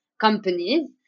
companies